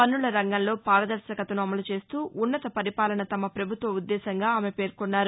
పన్నుల రంగంలో పారదర్భకతను అమలు చేస్తూ ఉన్నత పరిపాలన తమ పభుత్వ ఉద్దేశ్యంగా ఆమె పేర్కొన్నారు